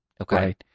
Okay